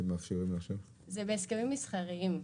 זה בהסכמים מסחריים.